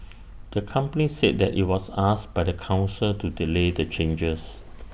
the company said that IT was asked by the Council to delay the changes